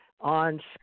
on